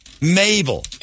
Mabel